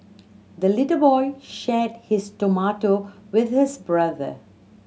the little boy shared his tomato with his brother